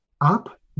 up